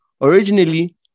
Originally